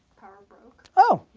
power of broke. oh!